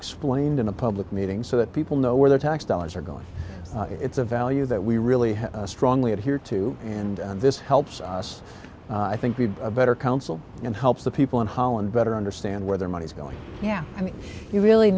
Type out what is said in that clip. explained in a public meeting so that people know where their tax dollars are going it's a value that we really strongly adhere to and this helps us i think we'd better counsel and help the people in holland better understand where their money is going yeah i mean you really